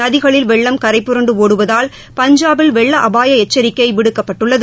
நதிகளில் வெள்ளம் கரைபுரண்டு ஒடுவதால் பஞ்சாபில் வெள்ள அபாய எச்சிக்கை விடுக்கப்பட்டுள்ளது